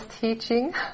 teaching